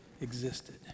existed